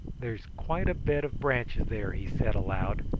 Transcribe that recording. there's quite a bed of branches there, he said aloud.